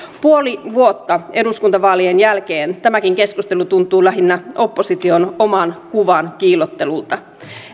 puoli vuotta eduskuntavaalien jälkeen tämäkin keskustelu tuntuu lähinnä opposition oman kuvan kiillottelulta